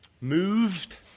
moved